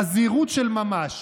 חזירות של ממש.